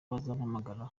bazampamagara